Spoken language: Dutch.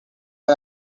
hij